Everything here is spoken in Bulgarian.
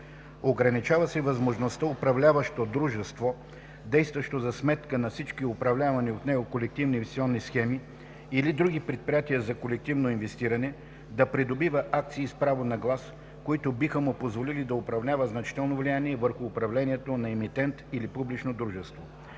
Ограничава се възможността управляващо дружество, действащо за сметка на всички управлявани от него колективни инвестиционни схеми или други предприятия за колективно инвестиране, да придобива акции с право на глас, които биха му позволили да упражнява значително влияние върху управлението на емитент или публично дружество.